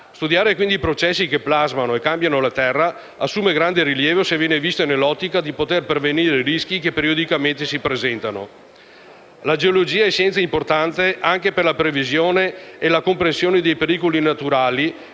Studiare quindi i processi che plasmano e cambiano la Terra assume grande rilievo se viene visto nell'ottica di poter prevenire i rischi che periodicamente si presentano. La geologia è scienza importante anche per la previsione e la comprensione dei pericoli naturali,